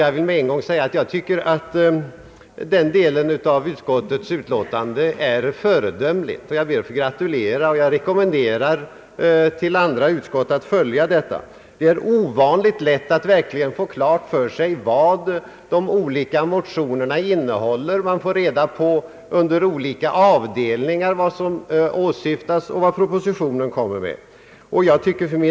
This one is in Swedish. Jag vill med en gång säga att jag tycker att den delen av utskottets utlåtande är föredömlig. Jag ber att få gratulera till detta och rekommenderar andra utskott att tillämpa en motsvarande uppställning. Det är ovanligt lätt att verkligen få klart för sig vad de olika motionerna innehåller. Man får under olika avdelningar reda på vad de åsyftar och vad propositionen innebär.